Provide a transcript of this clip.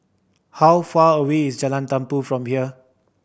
how far away is Jalan Tumpu from here